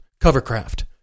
Covercraft